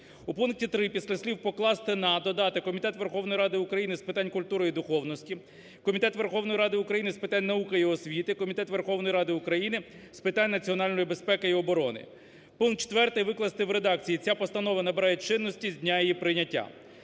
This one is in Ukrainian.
У пункті 3 після слів "покласти на" додати "Комітет Верховної Ради України з питань культури і духовності, Комітет Верховної Ради України з питань науки і освіти, Комітет Верховної Ради України з питань Національної безпеки і оборони". Пункт 4 викласти в редакції: "Ця постанова набирає чинності з дня її прийняття".